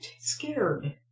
scared